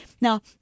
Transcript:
Now